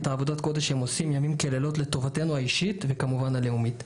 עבודת הקודש שהם עושים לילות כימים לטובתנו האישית וכמובן הלאומית.